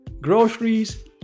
groceries